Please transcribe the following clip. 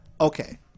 Okay